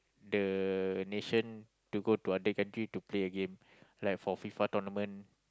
the nation to go to other country to play a game like for F_I_F_A tournament